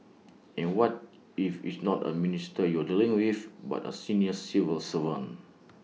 and what if it's not A minister you're dealing with but A senior civil servant